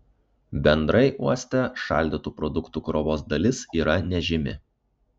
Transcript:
bendrai uoste šaldytų produktų krovos dalis yra nežymi